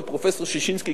ופרופסור ששינסקי,